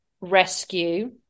rescue